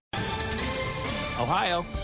Ohio